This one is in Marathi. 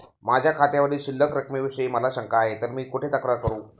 माझ्या खात्यावरील शिल्लक रकमेविषयी मला शंका आहे तर मी कुठे तक्रार करू?